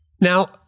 Now